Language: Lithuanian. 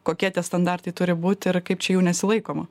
kokie tie standartai turi būti ir kaip čia jų nesilaikoma